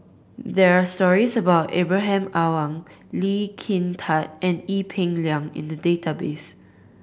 there are stories about Ibrahim Awang Lee Kin Tat and Ee Peng Liang in the database